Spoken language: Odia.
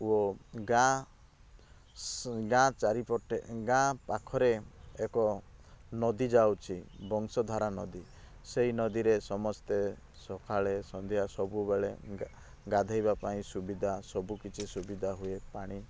ଓ ଗାଁ ସ୍ ଗାଁ ଚାରିପଟେ ଗାଁ ପାଖରେ ଏକ ନଦୀ ଯାଉଛି ବଂଶ ଧରା ନଦୀ ସେଇ ନଦୀ ରେ ସମସ୍ତେ ସଖାଳେ ସନ୍ଧ୍ୟା ସବୁବେଳେ ଗା ଗାଧେଇବା ପାଇଁ ସୁବିଧା ସବୁକିଛି ସୁବିଧା ହୁଏ ପାଣି